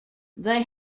they